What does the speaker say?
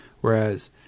whereas